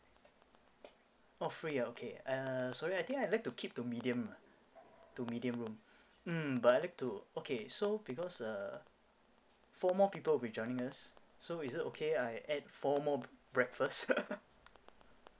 oh free ah okay uh sorry I think I like to keep to medium ah to medium room mm but I like to okay so because uh four more people will be joining us so is it okay I add four more breakfast